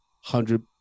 hundred